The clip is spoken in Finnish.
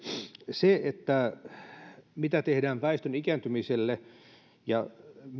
se mitä tehdään väestön ikääntymiselle ja